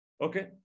Okay